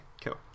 cool